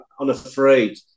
unafraid